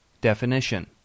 Definition